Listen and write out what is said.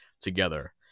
together